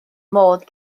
modd